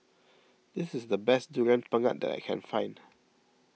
this is the best Durian Pengat that I can find